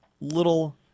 little